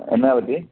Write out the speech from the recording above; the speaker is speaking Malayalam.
എന്നാ പറ്റി